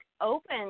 open